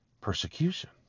persecution